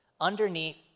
underneath